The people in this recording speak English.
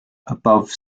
above